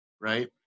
right